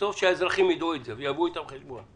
טוב שהאזרחים ידעו את זה ויעשו איתן חשבון.